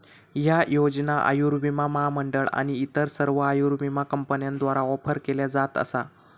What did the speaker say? ह्या योजना आयुर्विमा महामंडळ आणि इतर सर्व आयुर्विमा कंपन्यांद्वारा ऑफर केल्या जात असा